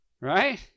right